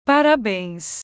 Parabéns